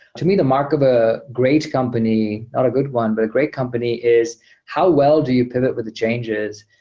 to me, the mark of a great company, not a good one, but a great company is how well do you pivot with the changes.